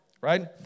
right